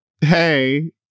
hey